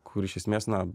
kur iš esmės na